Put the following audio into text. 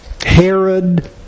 Herod